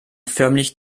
förmlich